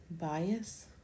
bias